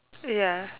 ya